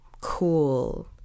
cool